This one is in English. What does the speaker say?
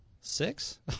six